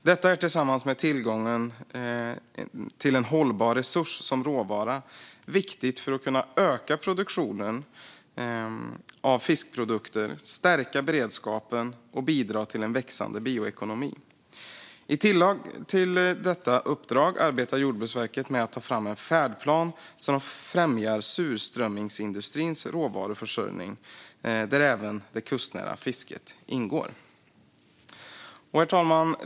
Detta är tillsammans med tillgången till en hållbar resurs som råvara viktigt för att kunna öka produktionen av fiskprodukter, stärka beredskapen och bidra till en växande bioekonomi. I tillägg till detta uppdrag arbetar Jordbruksverket med att ta fram en färdplan för att främja surströmmingsindustrins råvaruförsörjning där även det kustnära fisket ingår. Herr talman!